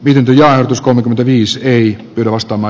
lyhdyllä kolmekymmentäviisi ei yllä ostama